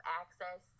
access